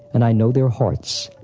and i know their hearts.